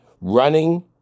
running